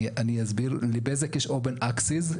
אני אסביר: לבזק יש Open Access.